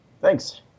Thanks